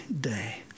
day